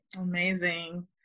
amazing